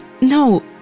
No